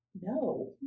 No